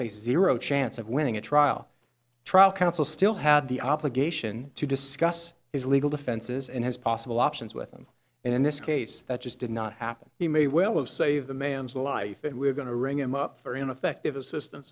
face zero chance of winning a trial trial counsel still had the obligation to discuss his legal defenses and his possible options with him in this case that just did not happen he may well have saved a man's life and we're going to ring him up for ineffective assistance